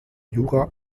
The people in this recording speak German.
jura